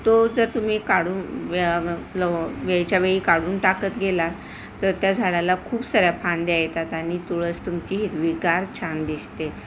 तो जर तुम्ही काढून लव वेळच्या वेळी काढून टाकत गेला तर त्या झाडाला खूप साऱ्या फांद्या येतात आणि तुळस तुमची हिरवीगार छान दिसते